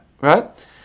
right